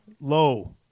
low